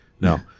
No